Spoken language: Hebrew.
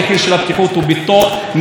המצב הזה לא יכול להימשך,